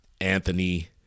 Anthony